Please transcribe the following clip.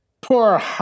Poor